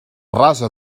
rasa